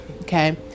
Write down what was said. Okay